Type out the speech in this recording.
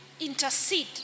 Intercede